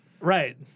Right